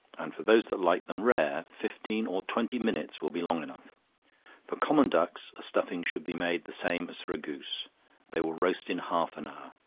and for those that like them rare, fifteen or twenty minutes will be long enough for common ducks, a stuffing should be made the same as for a goose they will roast in half an hour.